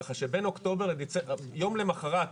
כך שיום למחרת,